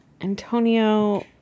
Antonio